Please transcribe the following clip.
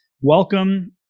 welcome